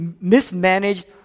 mismanaged